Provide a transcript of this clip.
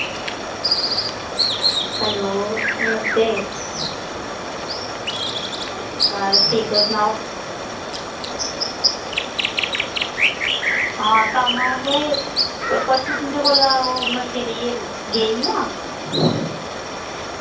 hello नमस्ते बस ठीक तुस सनाओ हां कम्म हा में ते परसूं तुं'दे कोला ओह् मच्छियां लेइयै गेई ही ना